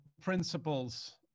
principles